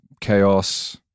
chaos